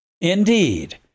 Indeed